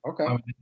Okay